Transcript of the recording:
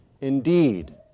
indeed